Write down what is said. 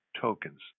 tokens